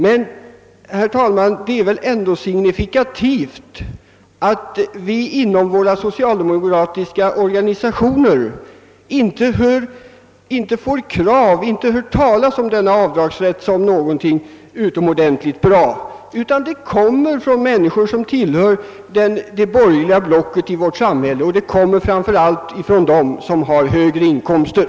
Det är väl ändå signifikativt, herr talman, att vi inom våra socialdemokratiska organisationer aldrig hör talas om denna avdragsrätt som någonting utomordentligt önskvärt. Kraven på en sådan kommer från människor som tillhör det borgerliga blocket i vårt samhälle, framför allt från dem som har högre inkomster.